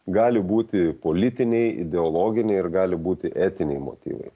gali būti politiniai ideologiniai ir gali būti etiniai motyvai